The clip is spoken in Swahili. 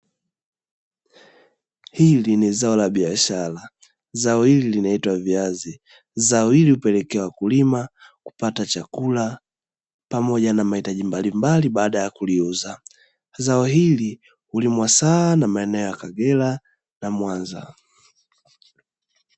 Hili ni zao la biashara, zao hili linaitwa viazi. Zao hili hupelekea wakulima kupata chakula pamoja na mahitaji mbalimbali baada ya kuliuza. Zao hili hulimwa sana maeneo ya Kagera na Mwanza.